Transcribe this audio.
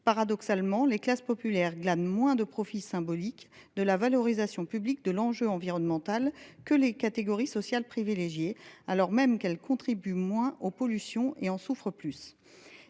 Paradoxalement, les classes populaires glanent moins de profits symboliques de la valorisation publique de l’enjeu environnemental que les catégories sociales privilégiées, alors même qu’elles contribuent moins aux pollutions et en souffrent plus.